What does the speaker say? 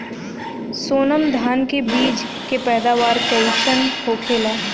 सोनम धान के बिज के पैदावार कइसन होखेला?